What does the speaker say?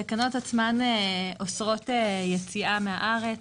התקנות עצמן אוסרות יציאה מהארץ,